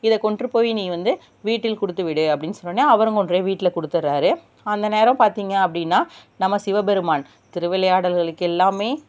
இதை கொண்ட்டு போய் நீ வந்து வீட்டில் கொடுத்துவிடு அப்படின் சொன்னோன்னே அவரும் கொண்டு போய் வீட்டில் கொடுத்துட்றாரு அந்த நேரம் பார்த்திங்க அப்படின்னா நம்ம சிவபெருமான் திருவிளையாடல்களுக் எல்லாமே